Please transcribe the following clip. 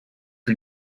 her